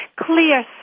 clear